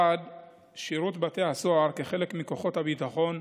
שירות בתי הסוהר, כחלק מכוחות הביטחון,